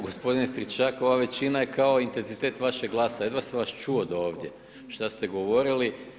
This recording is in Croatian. Gospodine Stričak, ova većina je kao intenzitet vašeg glasa, jedva sam vas čuo do ovdje šta ste govorili.